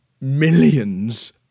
millions